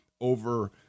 over